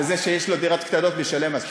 וזה שיש לו דירות קטנות משלם מס.